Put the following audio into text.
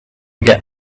get